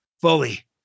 fully